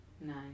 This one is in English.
nine